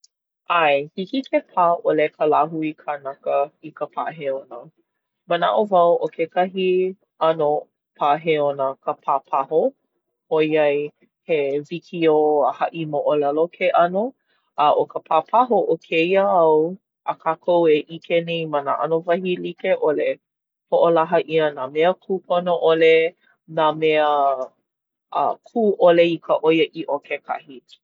ʻAe hiki ke pā ʻole ka lāhui kanaka i ka pāheona. Manaʻo wau ʻo kekahi ʻano pāheona ka pāpaho. ʻOiai he wikiō a haʻi moʻolelo ke ʻano. A ʻo ka pāpaho o kēia au a kākou e ʻike nei ma nā ʻano wahi like ʻole, hoʻolaha ʻia nā mea kūpono ʻole, nā mea a kū ʻole i ka ʻoiaʻiʻo kekahi.